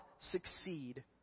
succeed